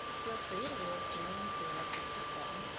feel free to re-experience the electric-shock button.